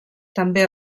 també